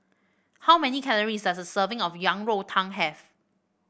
how many calories does a serving of Yang Rou Tang have